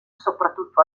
soprattutto